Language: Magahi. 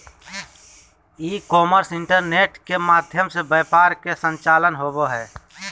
ई कॉमर्स इंटरनेट के माध्यम से व्यापार के संचालन होबा हइ